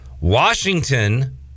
washington